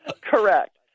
correct